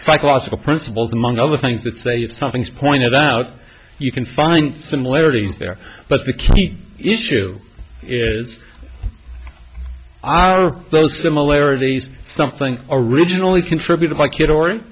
psychological principles among other things that say if something is pointed out you can find similarities there but the key issue is those similarities something originally contributed by kid or